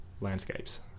landscapes